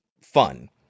fun